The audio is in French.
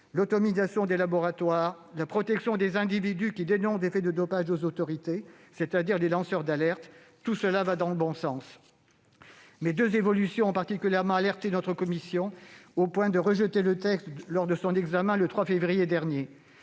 l'autonomisation des laboratoires, la protection des individus qui dénoncent des faits de dopage aux autorités, c'est-à-dire des lanceurs d'alerte ; tout cela va dans le bon sens. Mais deux évolutions ont particulièrement alerté notre commission, au point que celle-ci a rejeté le texte lors de son examen le 3 février dernier,